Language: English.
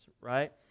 right